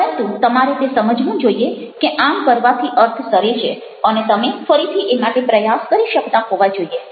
પરંતુ તમારે તે સમજવું જોઈએ કે આમ કરવાથી અર્થ સરે છે અને તમે ફરીથી એ માટે પ્રયાસ કરી શકતા હોવા જોઈએ